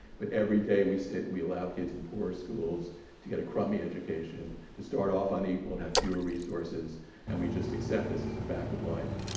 but everyday, we sit and we allow kids in poorest schools to get a crummy education to start off unequal and have fewer resources and we just accept this as a fact of life.